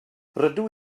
rydw